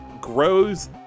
grows